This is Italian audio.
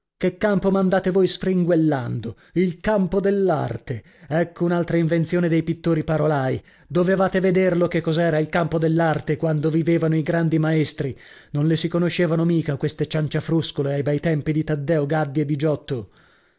che campo m'andate voi sfringuellando il campo dell'arte ecco un'altra invenzione dei pittori parolai dovevate vederlo che cos'era il campo dell'arte quando vivevano i grandi maestri non le si conoscevano mica queste cianciafruscole ai bei tempi di taddeo gaddi e di giotto